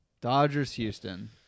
Dodgers-Houston